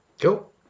Cool